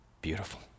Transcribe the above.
beautiful